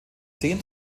zehn